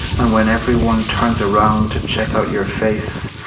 and when everyone turns around to check out your face,